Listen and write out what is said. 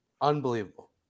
Unbelievable